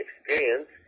experience